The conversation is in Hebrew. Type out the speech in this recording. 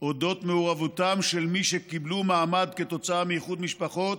על מעורבותם של מי שקיבלו מעמד כתוצאה מאיחוד משפחות,